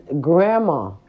grandma